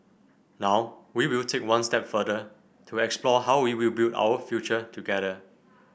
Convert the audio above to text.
now we will take one step further to explore how we will build out future together